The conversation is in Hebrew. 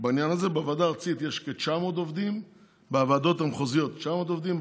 בעניין הזה: בוועדות המחוזיות יש כ-900 עובדים,